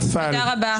נפל.